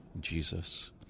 Jesus